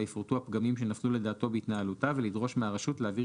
בה יפורטו הפגמים שנפלו לדעתו בהתנהלותה ולדרוש מהרשות להעביר